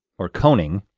or koenig,